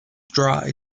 dry